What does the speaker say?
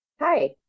Hi